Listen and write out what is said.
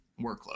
workload